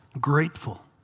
grateful